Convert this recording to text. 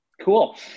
Cool